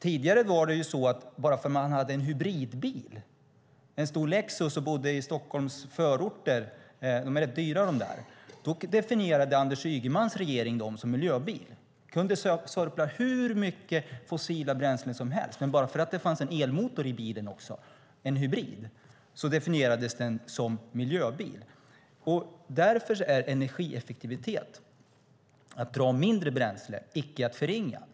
Tidigare var det så att om man hade en hybridbil, en stor Lexus - de är rätt dyra - och bodde i Stockholms förorter definierade Anders Ygemans regering dessa bilar som miljöbilar. Bilarna kunde sörpla hur mycket fossila bränslen som helst, men bara för att det också fanns en elmotor i bilen och för att den var en hybrid definierades den som miljöbil. Därför är energieffektivitet - att dra mindre bränsle - icke att förringa.